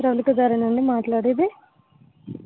ప్రవల్లిక గారేనా అండి మాట్లాడేది